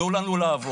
תנו לנו לעבוד.